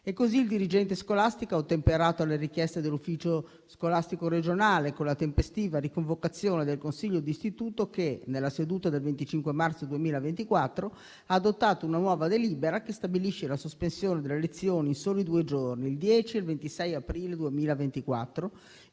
Così il dirigente scolastico ha ottemperato alle richieste dell'Ufficio scolastico regionale, con la tempestiva riconvocazione del Consiglio d'istituto che, nella seduta del 25 marzo 2024, ha adottato una nuova delibera che stabilisce la sospensione delle lezioni in soli due giorni, il 10 ed il 26 aprile 2024,